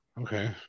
Okay